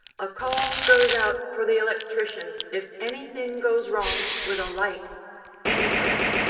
a call goes out for the electrician if anything goes wrong with a light anywhere.